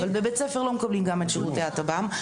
אבל בבית ספר לא מקבלים גם את שירותי התב”מ,